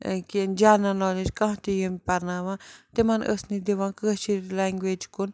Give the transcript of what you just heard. کیٚنٛہہ general knowledge کانٛہہ تہِ یِم پَرناوان تِمَن ٲسۍ نہٕ دِوان کٲشِرۍ لٮ۪نٛگویج کُن